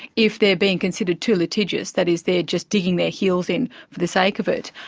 if they're being considered too litigious, that is they're just digging their heels in for the sake of it,